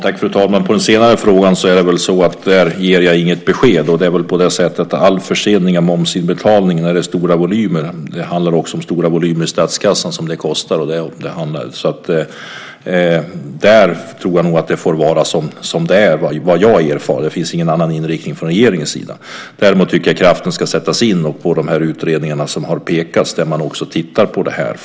Fru talman! Om den senare frågan ger jag inget besked. All försening av momsinbetalning gäller stora volymer, och det handlar också om stora volymer i statskassan. Där tror jag nog att det får vara som det är, enligt vad jag erfar. Det finns ingen annan inriktning från regeringens sida. Däremot tycker jag att kraften ska sättas in på de utredningar som det har pekats på. Där tittar man på det här.